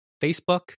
Facebook